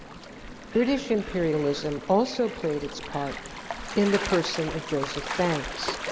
british imperialism also played its part in the person of joseph banks.